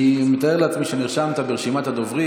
אני מתאר לעצמי שנרשמת ברשימת הדוברים.